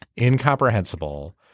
incomprehensible